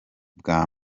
bwa